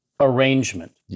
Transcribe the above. arrangement